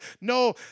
No